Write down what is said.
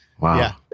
Wow